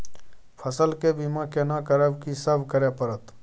फसल के बीमा केना करब, की सब करय परत?